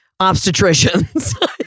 obstetricians